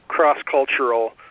cross-cultural